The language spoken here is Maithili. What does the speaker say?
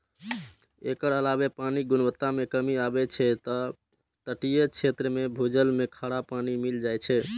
एकर अलावे पानिक गुणवत्ता मे कमी आबै छै आ तटीय क्षेत्र मे भूजल मे खारा पानि मिल जाए छै